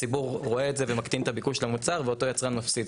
הציבור רואה את זה ומקטין את הביקוש למוצר ואותו יצרן מפסיד,